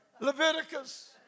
Leviticus